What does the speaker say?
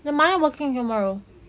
your mother working tomorrow